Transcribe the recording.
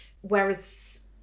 Whereas